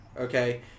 okay